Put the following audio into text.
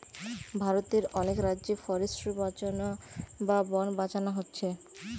ভারতের অনেক রাজ্যে ফরেস্ট্রি বাঁচানা বা বন বাঁচানা হচ্ছে